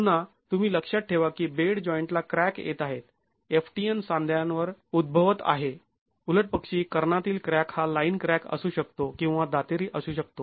पुन्हा तुम्ही लक्षात ठेवा की बेड जॉईंटला क्रॅक येत आहेत ftn सांध्यावर उद्भवत आहेत उलटपक्षी कर्णातील क्रॅक हा लाईन क्रॅक असू शकतो किंवा दातेरी असू शकतो